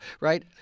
right